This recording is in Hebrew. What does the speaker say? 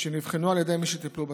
שנבחנו על ידי מי שטיפלו בתיק.